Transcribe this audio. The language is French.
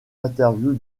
interviews